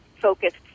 focused